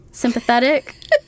Sympathetic